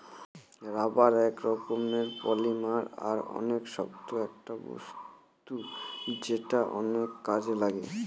rubber এক রকমের polymer আর অনেক শক্ত একটা বস্তু যেটা অনেক কাজে লাগে